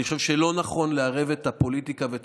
אני חושב שלא נכון לערב את הפוליטיקה ואת